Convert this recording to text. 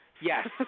Yes